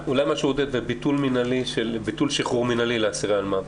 וביטול שחרור מינהלי לאסירי אלמ"ב.